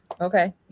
okay